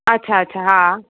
अच्छा अच्छा हा